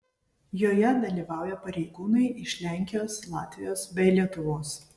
joje dalyvauja pareigūnai iš lenkijos latvijos bei lietuvos